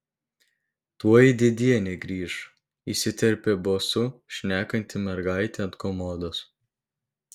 tuoj dėdienė grįš įsiterpė bosu šnekanti mergaitė ant komodos